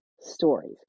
stories